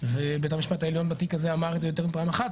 ובית המשפט העליון בתיק הזה אמר יותר מפעם אחת,